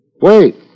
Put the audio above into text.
Wait